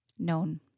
known